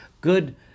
good